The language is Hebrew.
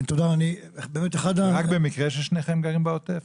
זה רק במקרה ששניכם גרים בעוטף?